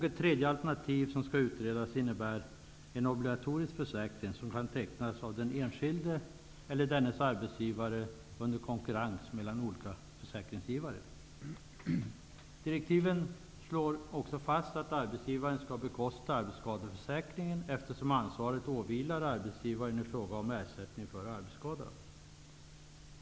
Ett tredje alternativ som skall utredas innebär en obligatorisk försäkring som kan tecknas av den enskilde eller dennes arbetsgivare under konkurrens mellan olika försäkringsgivare. Direktiven slår också fast att arbetsgivaren skall bekosta arbetsskadeförsäkringen eftersom ansvaret åvilar arbetsgivaren i fråga om ersättning för arbetsskada.